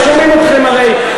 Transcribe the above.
שומעים אתכם הרי,